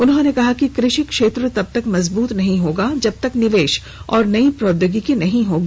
उन्होंने कहा कि कृषि क्षेत्र तब तक मजबूत नहीं होगा जब तक निवेश और नई प्रौद्योगिकी नहीं होगी